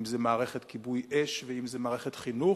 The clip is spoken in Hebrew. אם זה מערכת כיבוי אש ואם זה מערכת חינוך,